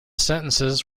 sentences